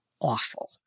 awful